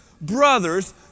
brothers